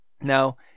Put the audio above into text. Now